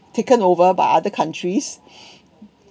taken over by other countries